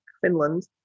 Finland